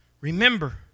remember